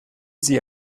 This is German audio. sie